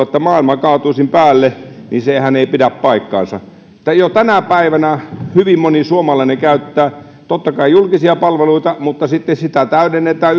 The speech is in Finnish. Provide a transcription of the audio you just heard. että maailma kaatuisi päälle ei pidä paikkaansa jo tänä päivänä hyvin moni suomalainen käyttää totta kai julkisia palveluita mutta sitten sitä täydennetään